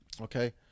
okay